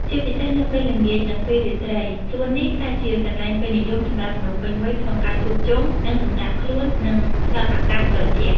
ជាពិសេសនៅពេលល្ងាច និងពេលរាត្រី សួននេះក្លាយជាកន្លែងពេញនិយមសម្រាប់មនុស្សពេញវ័យក្នុងការជួបជុំ និងសម្រាកខ្លួន និងខ្យល់អាកាសត្រជាក់។